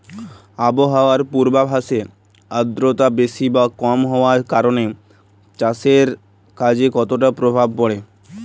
আবহাওয়ার পূর্বাভাসে আর্দ্রতা বেশি বা কম হওয়ার কারণে চাষের কাজে কতটা প্রভাব পড়ে?